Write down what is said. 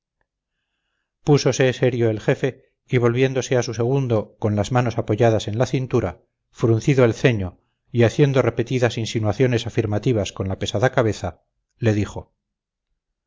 púsose serio el jefe y volviéndose a su segundo con las manos apoyadas en la cintura fruncido el ceño y haciendo repetidas insinuaciones afirmativas con la pesada cabeza le dijo